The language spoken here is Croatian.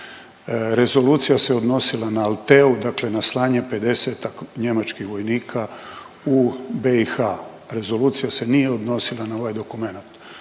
Rezolucija se odnosila na Altheu, dakle na slanje 50-tak njemačkih vojnika u BiH. Rezolucija se nije odnosila na ovaj dokumenat.